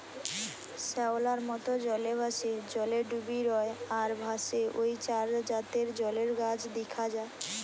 শ্যাওলার মত, জলে ভাসে, জলে ডুবি রয় আর ভাসে ঔ চার জাতের জলের গাছ দিখা যায়